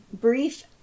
Brief